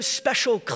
special